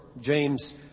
James